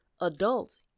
adults